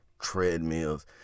treadmills